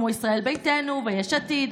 כמו ישראל ביתנו ויש עתיד,